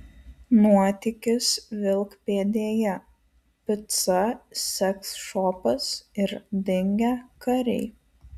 nuotykis vilkpėdėje pica seksšopas ir dingę kariai